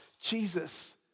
Jesus